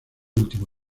último